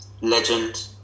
legend